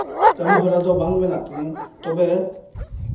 ᱠᱟᱹᱢᱤᱦᱚᱨᱟ ᱫᱚ ᱵᱟᱝ ᱢᱮᱱᱟᱜ ᱛᱤᱧᱟᱹ ᱛᱚᱵᱮ